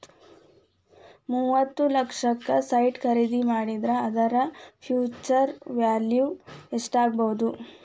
ಮೂವತ್ತ್ ಲಕ್ಷಕ್ಕ ಸೈಟ್ ಖರಿದಿ ಮಾಡಿದ್ರ ಅದರ ಫ್ಹ್ಯುಚರ್ ವ್ಯಾಲಿವ್ ಯೆಸ್ಟಾಗ್ಬೊದು?